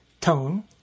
tone